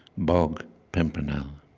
bog pimpernel.